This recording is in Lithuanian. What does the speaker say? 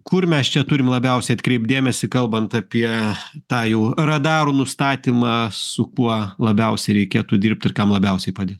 kur mes čia turim labiausiai atkreipt dėmesį kalbant apie tą jau radaro nustatymą su kuo labiausiai reikėtų dirbt ir kam labiausiai padėt